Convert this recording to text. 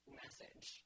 message